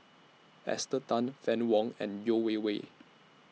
Esther Tan Fann Wong and Yeo Wei Wei